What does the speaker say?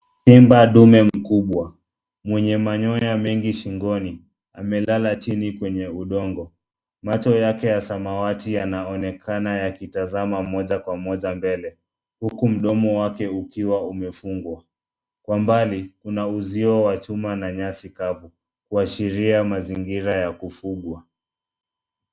Simba dume mkubwa, mwenye manyoya mengi shingoni, amelala chini kwenye udongo. Macho yake ya samawati yanaonekana yakitazama moja kwa moja mbele, huku mdomo wake ukiwa umefungwa. Kwa mbali, kuna uzio wa chuma na nyasi kavu, kuashiria mazingira ya kufugwa.